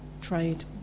trade